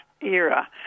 era